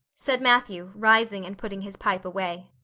said matthew rising and putting his pipe away.